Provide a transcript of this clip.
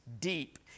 deep